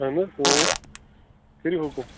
اَہَن حظ کٔرِو حُکُم